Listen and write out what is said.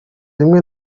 rimwe